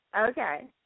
Okay